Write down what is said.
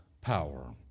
power